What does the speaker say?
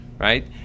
Right